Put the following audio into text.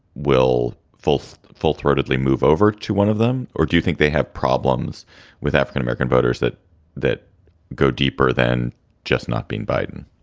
will fourth full throatedly move over to one of them? or do you think they have problems with african-american voters that that go deeper than just not being biden?